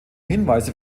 hinweise